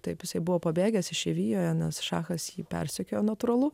taip jisai buvo pabėgęs išeivijoje anas šachas jį persekiojo natūralu